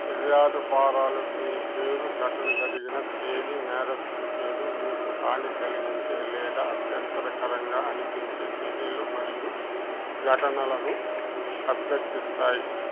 పిర్యాదు ఫారాలు మీ పేరు ఘటన జరిగిన తేదీ నేరస్తుడి పేరు మీకు హాని కలిగించే లేదా అభ్యంతరకరంగా అనిపించే చర్యలు మరియు ఘటనలను అభ్యర్థిస్తాయి